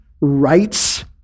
rights